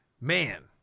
man